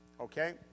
Okay